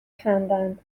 خندند